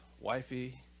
wifey